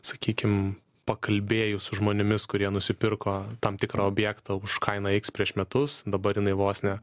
sakykim pakalbėjus su žmonėmis kurie nusipirko tam tikrą objektą už kainą x prieš metus dabar jinai vos ne